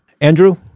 Andrew